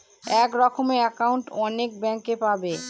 এক রকমের একাউন্ট অনেক ব্যাঙ্কে পাবো